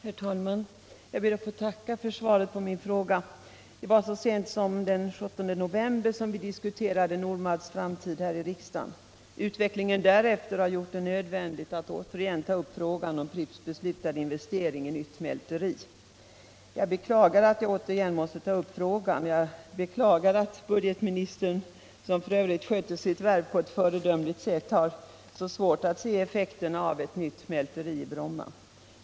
Herr talman! Jag ber att få tacka för svaret på min fråga. Det var så sent som den 17 november som vi diskuterade Nordmalts framtid här i riksdagen. Utvecklingen därefter har gjort det nödvändigt att återigen ta upp frågan om Pripps beslutade investering i ett nytt mälteri. Jag beklagar att jag återigen måste ta upp frågan och att budgetministern, som f. ö. sköter sitt värv på ett föredömligt sätt, har så svårt att se effekterna av ett nytt mälteri i Bromma.